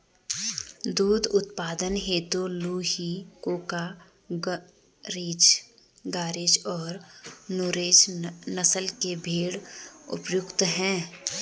दुग्ध उत्पादन हेतु लूही, कूका, गरेज और नुरेज नस्ल के भेंड़ उपयुक्त है